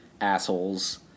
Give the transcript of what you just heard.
assholes